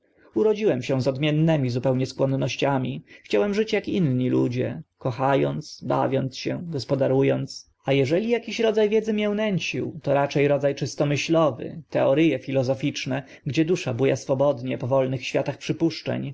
urodziłem się z odmiennymi zupełnie skłonnościami chciałem żyć ak inni ludzie kocha ąc bawiąc się gospodaru ąc a eżeli aki rodza wiedzy mię nęcił to racze rodza czysto myślowy teorie filozoficzne gdzie dusza bu a swobodnie po wolnych światach przypuszczeń